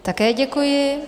Také děkuji.